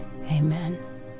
Amen